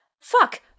Fuck